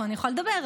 פה אני יכולה לדבר,